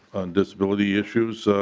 disability issues